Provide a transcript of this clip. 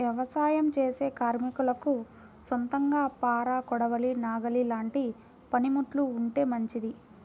యవసాయం చేసే కార్మికులకు సొంతంగా పార, కొడవలి, నాగలి లాంటి పనిముట్లు ఉంటే మంచిది